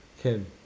can